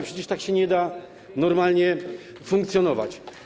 Przecież tak się nie da normalnie funkcjonować.